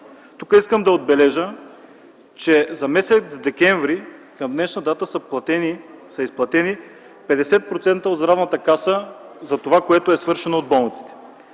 Тук искам да отбележа, че за м. декември към днешна дата са изплатени 50% от Здравната каса за това, което е свършено от болниците.